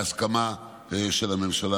בהסכמה של הממשלה,